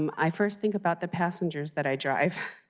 um i first think about the passengers that i drive.